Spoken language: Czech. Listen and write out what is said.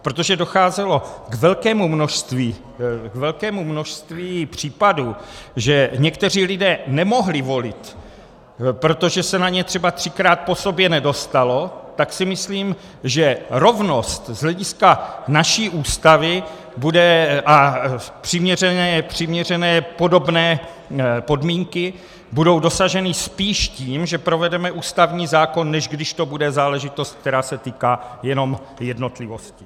A protože docházelo k velkému množství případů, že někteří lidé nemohli volit, protože se na ně třeba třikrát po sobě nedostalo, tak si myslím, že rovnost z hlediska naší Ústavy a přiměřené podobné podmínky budou dosaženy spíš tím, že provedeme ústavní zákon, než když to bude záležitost, která se týká jenom jednotlivostí.